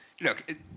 Look